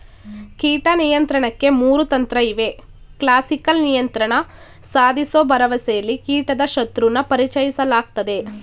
ಕೀಟ ನಿಯಂತ್ರಣಕ್ಕೆ ಮೂರು ತಂತ್ರಇವೆ ಕ್ಲಾಸಿಕಲ್ ನಿಯಂತ್ರಣ ಸಾಧಿಸೋ ಭರವಸೆಲಿ ಕೀಟದ ಶತ್ರುನ ಪರಿಚಯಿಸಲಾಗ್ತದೆ